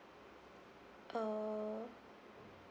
uh